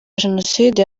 jenoside